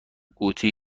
قوطی